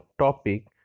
topic